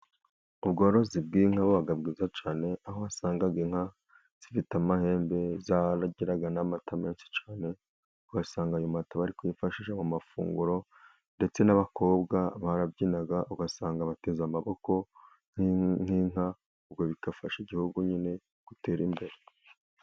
Ubworozi bw'inka buba bwiza cyane, aho wasangaga inka zifite amahembe zaragiraga n'amata menshi cyane, ugasanga ayo mata, barikuyifashisha mu mafunguro, ndetse n'abakobwa barabyinaga ugasanga bateze amaboko nk' inka, ubwo bigafasha igihugu nyine gutera imbere.